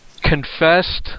confessed